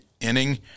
inning